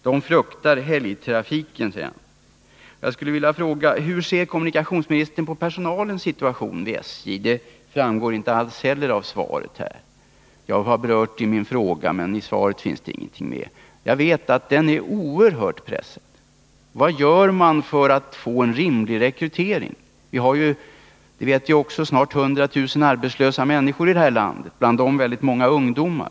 De fruktar helgtrafiken.” Hur ser kommunikationsministern på SJ-personalens situation? Det framgår inte heller av svaret, trots att jag har tagit upp frågan i min interpellation. Jag vet att deras situation är oerhört pressad. I detta land finns snart 100 000 arbetslösa människor, bland dem många ungdomar.